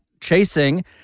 chasing